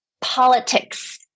Politics